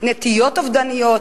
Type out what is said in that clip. נטיות אובדניות,